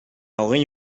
hogei